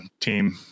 team